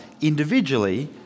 individually